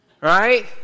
Right